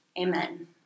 Amen